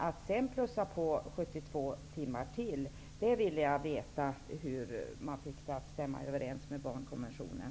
Att sedan plussa på 72 timmar till, hur får man det att stämma överens med barnkonventionen?